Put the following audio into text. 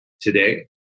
today